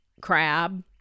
crab